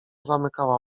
zamykała